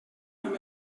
amb